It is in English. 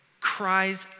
cries